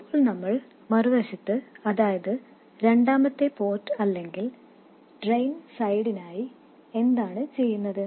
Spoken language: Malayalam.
ഇപ്പോൾ നമ്മൾ മറുവശത്ത് അതായത് രണ്ടാമത്തെ പോർട്ട് അല്ലെങ്കിൽ ഡ്രെയിൻ സൈഡിനായി എന്താണ് ചെയ്യുന്നത്